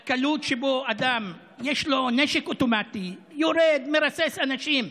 הקלות שבה אדם שיש לו נשק אוטומטי והוא יורד ומרסס אנשים,